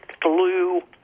blue